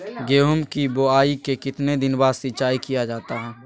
गेंहू की बोआई के कितने दिन बाद सिंचाई किया जाता है?